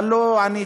אבל לא ענית.